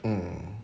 mm